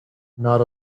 not